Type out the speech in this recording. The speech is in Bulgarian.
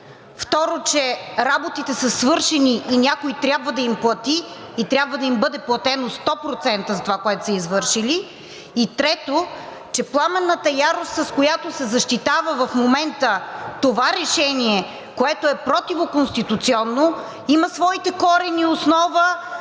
Второ, че работите са свършени и някой трябва да им плати, и трябва да им бъде платено 100% за това, което са извършили. И трето, че пламенната ярост, с която се защитава в момента това решение, което е противоконституционно, има своите корени и основа